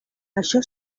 això